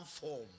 form